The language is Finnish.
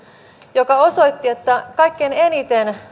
joka osoitti että kaikkein eniten